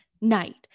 night